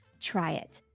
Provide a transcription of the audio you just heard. try it.